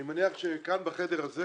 אני מניח שכאן בחדר הזה